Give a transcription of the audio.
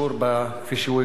כפי שהוא הגדיר את זה,